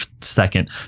second